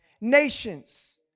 nations